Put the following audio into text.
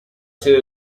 sede